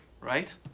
Right